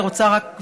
אני רוצה רק,